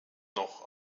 noch